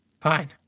fine